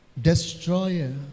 Destroyer